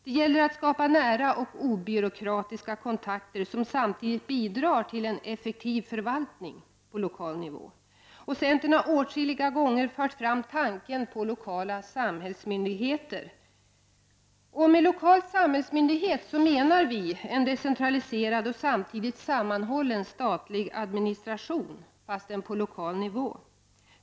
Det gäller att skapa nära och obyråkratiska kontakter, som samtidigt bidrar till en effektiv förvaltning på lokal nivå. Centern har åtskilliga gånger fört fram tanken på lokala samhällsmyndigheter. Med lokal samhällsmyndighet menar vi en decentraliserad och samtidigt sammanhållen statlig administration på lokal nivå.